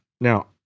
Now